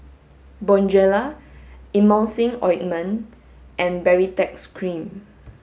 Bonjela Emulsying ointment and Baritex cream